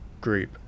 group